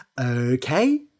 Okay